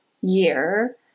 year